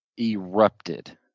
erupted